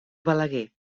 balaguer